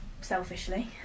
selfishly